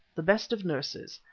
the best of nurses,